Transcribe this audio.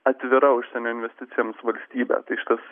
atvira užsienio investicijoms valstybe tai šitas